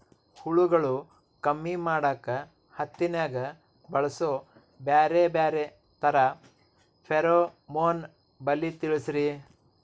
ಹುಳುಗಳು ಕಮ್ಮಿ ಮಾಡಾಕ ಹತ್ತಿನ್ಯಾಗ ಬಳಸು ಬ್ಯಾರೆ ಬ್ಯಾರೆ ತರಾ ಫೆರೋಮೋನ್ ಬಲಿ ತಿಳಸ್ರಿ